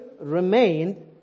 remained